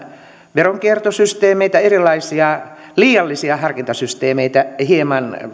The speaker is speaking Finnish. veronkiertosysteemeitä erilaisia liiallisia harkintasysteemeitä hieman